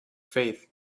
faith